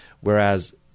Whereas